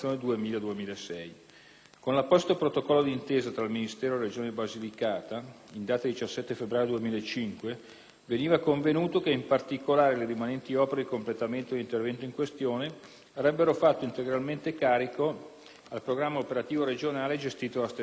Con apposito protocollo d'intesa tra il Ministero e la Regione Basilicata in data 17 febbraio 2005, veniva convenuto che in particolare le rimanenti opere di completamento dell'intervento in questione avrebbero fatto integralmente carico al Programma operativo regionale (POR) gestito dalla stessa Regione Basilicata.